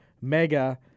mega